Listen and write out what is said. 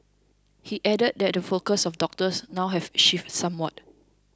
he added that the focus of doctors now have shifted somewhat